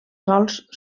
sòls